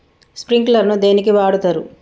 Sprinkler ను దేనికి వాడుతరు?